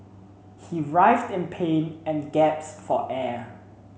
he writhed in pain and gasped for air